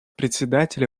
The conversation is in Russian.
председателя